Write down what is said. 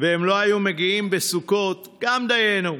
והם לא היו מגיעים בסוכות, גם דיינו,